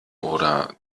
oder